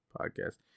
podcast